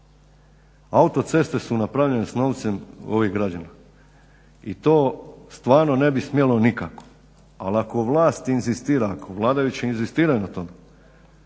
Autoceste su napravljene s novcem ovih građana i to stvarno ne bi smjelo nikako. Ali ako vlast inzistira ako vladajući inzistiraju na to e